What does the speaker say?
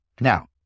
Now